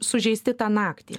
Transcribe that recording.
sužeisti tą naktį